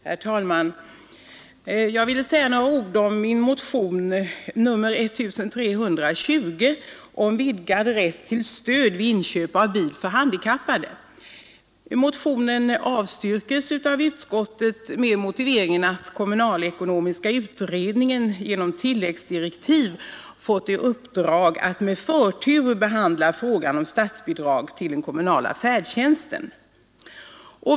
Herr talman! Jag vill säga några ord om min motion nr 1320 om vidgad rätt till stöd vid inköp av bil för handikappade. Motionen avstyrks av utskottet med motiveringen att kommunalekonomiska utredningen genom tilläggsdirektiv får uppdrag att med förtur behandla frågan om statsbidrag till den kommunala färdtjänsten.